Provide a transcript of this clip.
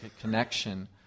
connection